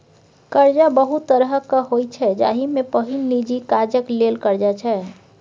करजा बहुत तरहक होइ छै जाहि मे पहिल निजी काजक लेल करजा छै